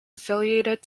affiliated